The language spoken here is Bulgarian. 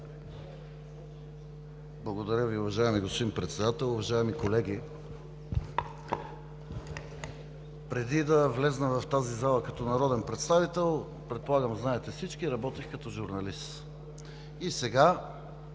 Благодаря Ви. Уважаеми господин Председател, уважаеми колеги! Преди да вляза в тази зала като народен представител – предполагам, знаете всички, работих като журналист. Сега